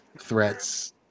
threats